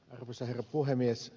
arvoisa herra puhemies